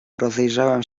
rozejrzałem